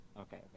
okay